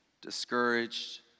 discouraged